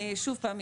שוב פעם,